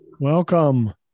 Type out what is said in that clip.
Welcome